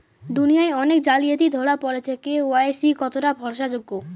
দুনিয়ায় অনেক জালিয়াতি ধরা পরেছে কে.ওয়াই.সি কতোটা ভরসা যোগ্য?